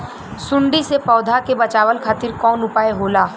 सुंडी से पौधा के बचावल खातिर कौन उपाय होला?